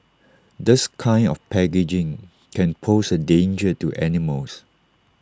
this kind of packaging can pose A danger to animals